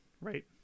right